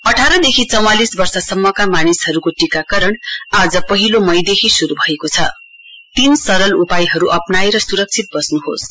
अठारदेखि चौवांलिस वर्षसम्मका मानिसहरूको टीकाकरण आज पहिलो मईदेखि शुरू भएको छ तीस सरल उपायहरू अप्नाएर सुरक्षित बस्नुहोस्